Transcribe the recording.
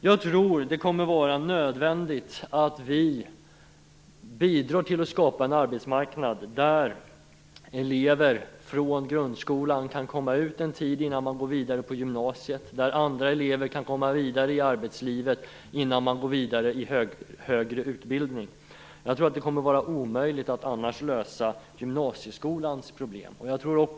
Jag tror att det blir nödvändigt att vi bidrar till att en arbetsmarknad skapas där elever från grundskolan kan komma ut en tid innan de går vidare på gymnasiet och där andra elever kan komma vidare i arbetslivet innan de går vidare till högre utbildning. Jag tror att det annars blir omöjligt att lösa gymnasieskolans problem.